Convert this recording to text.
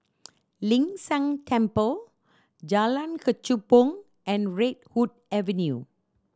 Ling San Teng Temple Jalan Kechubong and Redwood Avenue